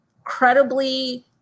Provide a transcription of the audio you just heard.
incredibly